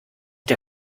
der